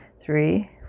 Three